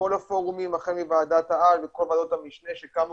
כל הפורומים החל מוועדת העל וכל ועדות המשנה שקמו